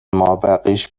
مابقیش